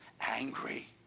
Angry